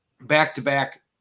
Back-to-back